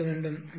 மிகச் சிறிய 0